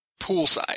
Poolside